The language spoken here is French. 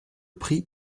prix